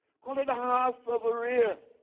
call it the house of berea,